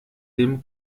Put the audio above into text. dem